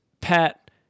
Pat